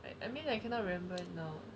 I I mean I cannot remember now